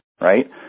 right